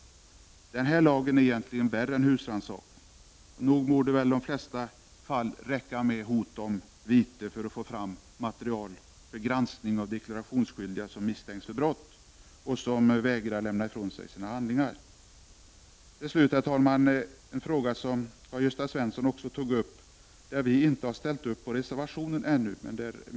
Åtgärder enligt denna lag är egentligen värre än husransakan, och nog borde det i de flesta fall räcka med hot om vite för att få fram material för granskning från deklarationsskyldiga som misstänks för brott men som vägrar lämna ifrån sig sina handlingar. Till sist, herr talman, vill jag beröra en fråga som Karl-Gösta Svenson tog upp men där vi ännu inte ställt upp på reservationen.